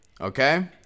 Okay